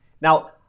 Now